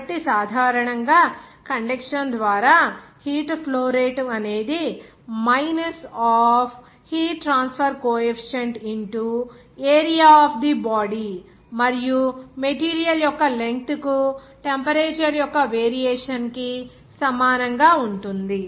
కాబట్టి సాధారణంగా కండెక్షన్ ద్వారా హీట్ ఫ్లో రేటు అనేది minus of heat transfer coefficient into area of the body మరియు మెటీరియల్ యొక్క లెంగ్త్ కు టెంపరేచర్ యొక్క వేరియేషన్ కి సమానంగా ఉంటుంది